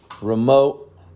remote